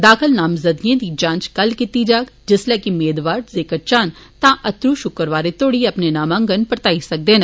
दाखल नामजुदगिए दी जांच कल कीती जाग जिसलै कि मेदवार जेकर चाह्न तां अतरूं शुक्रवार तोड़ी अपने नामांकन परताई सकदे न